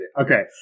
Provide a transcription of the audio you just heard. Okay